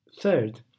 Third